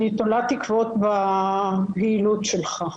אני תולה תקוות בפעילות שלך.